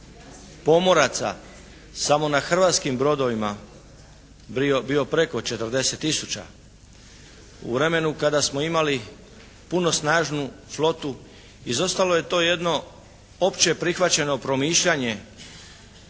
pomoraca samo na hrvatskim brodovima bio preko 40 tisuća, u vremenu kada smo imali punu snažnu flotu izostalo je to jedno opće prihvaćeno promišljanje